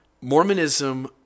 Mormonism